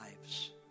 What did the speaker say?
lives